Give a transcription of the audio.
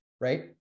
right